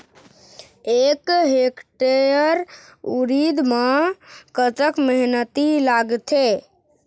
एक हेक्टेयर उरीद म कतक मेहनती लागथे?